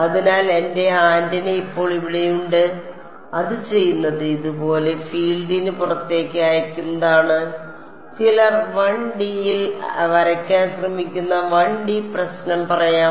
അതിനാൽ എന്റെ ആന്റിന ഇപ്പോൾ ഇവിടെയുണ്ട് അത് ചെയ്യുന്നത് ഇതുപോലെ ഫീൽഡിന് പുറത്തേക്ക് അയയ്ക്കുന്നതാണ് ചിലർ 1D യിൽ വരയ്ക്കാൻ ശ്രമിക്കുന്ന 1D പ്രശ്നം പറയാം